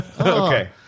Okay